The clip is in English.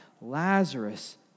Lazarus